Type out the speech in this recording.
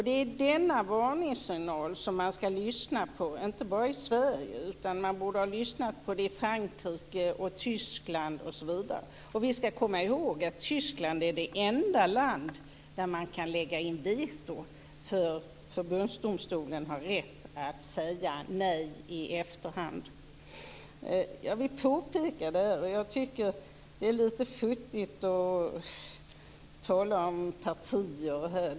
Det är denna varningssignal som man skall lyssna på i Sverige, men man borde också ha lyssnat i t.ex. Frankrike och Tyskland. Vi skall komma ihåg att Tyskland är det enda land där man kan lägga in veto, därför att förbundsdomstolen har rätt att säga nej i efterhand. Jag ville bara påpeka det. Jag tycker att det är litet futtigt att tala om partier.